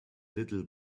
little